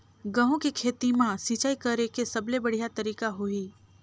गंहू के खेती मां सिंचाई करेके सबले बढ़िया तरीका होही?